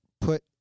put